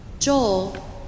Joel